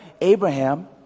Abraham